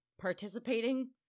participating